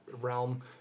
realm